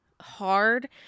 hard